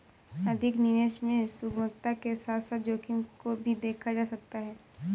अधिक निवेश में सुगमता के साथ साथ जोखिम को भी देखा जा सकता है